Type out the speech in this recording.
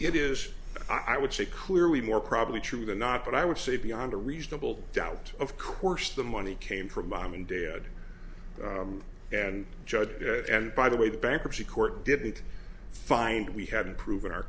it is i would say clearly more probably true than not but i would say beyond a reasonable doubt of course the money came from mom and dad and judge it and by the way the bankruptcy court didn't find we haven't proven our